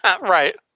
Right